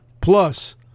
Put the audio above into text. plus